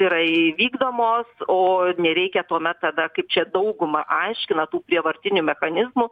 yra įvykdomos o nereikia tuomet tada kaip čia dauguma aiškina tų prievartinių mechanizmų